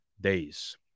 days